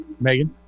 Megan